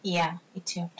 ya it's your turn